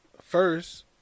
first